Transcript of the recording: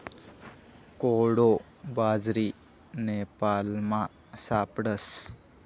कोडो बाजरी नेपालमा सापडस